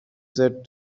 said